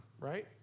right